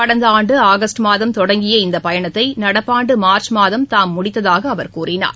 கடந்த ஆண்டு ஆகஸ்ட் மாதம் தொடங்கிய இந்த பயணத்தை நடப்பு ஆண்டு மார்ச் மாதம் தாம் முடித்ததாக அவர் கூறினார்